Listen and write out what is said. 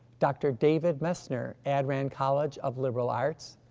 dr. david messner, addran college of liberal arts,